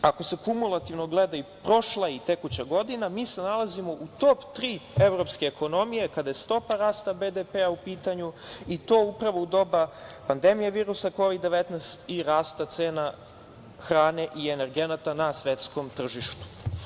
Ako se kumulativno gleda i prošla i tekuća godina, mi se nalazimo u top tri evropske ekonomije kada je stopa rasta BDP u pitanju i to upravo u doba pandemije virusa Kovid 19 i rasta cena hrane i energenata na svetskom tržištu.